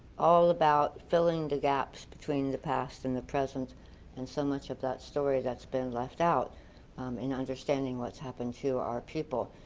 all about filling the gaps between the past and the present and so much of that story that's been left out and understanding what's happened to our people.